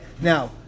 Now